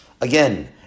Again